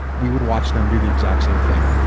we would watch them do the exact, same thing.